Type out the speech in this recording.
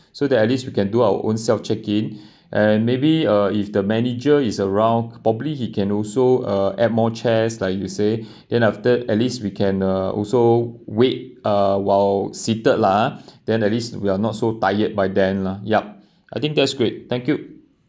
so that at least we can do our own self check-in and maybe uh if the manager is around probably he can also uh add more chairs like you say then after at least we can uh also wait uh while seated lah then at least we are not so tired by then lah yup I think that's great thank you